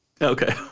Okay